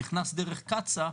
נכנס דרך קצא"א,